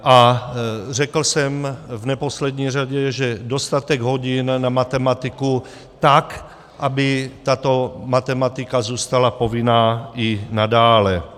A řekl jsem v neposlední řadě, že dostatek hodin na matematiku tak, aby tato matematika zůstala povinná i nadále.